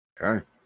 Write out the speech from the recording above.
Okay